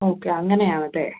okay അങ്ങനെയാണല്ലേ